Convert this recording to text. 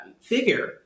figure